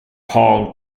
palm